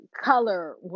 color